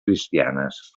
cristianes